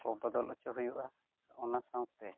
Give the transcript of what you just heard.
ᱵᱚᱫᱚᱞ ᱚᱪᱚ ᱦᱩᱭᱩᱜᱼᱟ ᱚᱱᱟ ᱥᱟᱶᱛᱮ